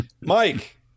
mike